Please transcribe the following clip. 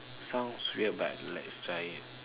sounds weird but let's try